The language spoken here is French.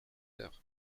heure